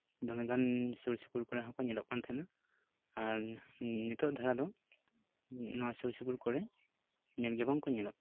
ᱫᱚᱢᱮᱜᱟᱱ ᱥᱩᱨ ᱥᱩᱯᱩᱨ ᱠᱚᱨᱮ ᱦᱚᱸᱠᱚ ᱧᱮᱞᱚᱜ ᱠᱟᱱ ᱛᱟᱦᱮᱱᱟ ᱟᱨ ᱱᱤᱛᱳᱜ ᱫᱷᱟᱨᱟ ᱫᱚ ᱱᱚᱣᱟ ᱥᱩᱨ ᱥᱩᱯᱩᱨ ᱠᱚᱨᱮ ᱧᱮᱞᱜᱮ ᱵᱟᱝᱠᱚ ᱧᱮᱞᱚᱜ ᱠᱟᱱᱟ